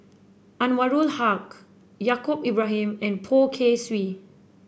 Anwarul Haque Yaacob Ibrahim and Poh Kay Swee